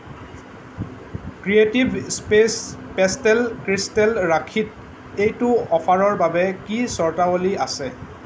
creative space pastel crystal ৰাখীত এইটো অফাৰৰ বাবে কি চৰ্তাৱলী আছে